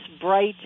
bright